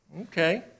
Okay